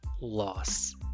loss